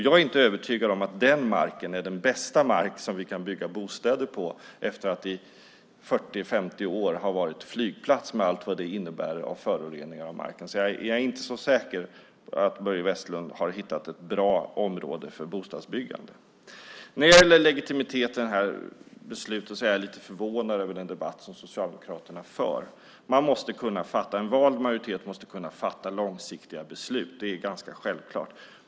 Jag är inte övertygad om att den marken är den bästa mark vi kan bygga bostäder på efter att den i 40-50 år har varit flygplats med allt vad det innebär av föroreningar av marken. Jag är inte så säker att Börje Vestlund har hittat ett bra område för bostadsbyggande. När det gäller legitimiteten i beslutet är jag lite förvånad av den debatt som Socialdemokraterna för. En vald majoritet måste kunna fatta långsiktiga beslut. Det är ganska självklart.